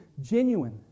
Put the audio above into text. genuine